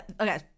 okay